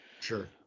Sure